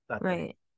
right